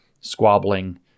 squabbling